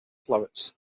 florets